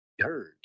heard